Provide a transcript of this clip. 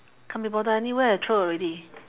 can't be bothered anyway I throw already